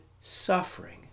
suffering